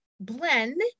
blend